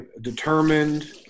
determined